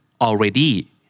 already